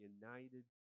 united